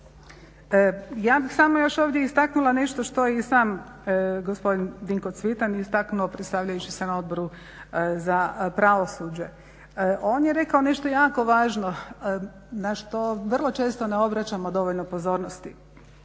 Ja bih samo još ovdje istaknula nešto što je i sam gospodin Dinko Cvitan istaknuo predstavljajući se na Odboru za pravosuđe. On je rekao nešto jako važno na što vrlo često ne obraćamo dovoljno pozornosti.